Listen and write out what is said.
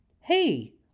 Hey